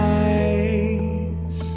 eyes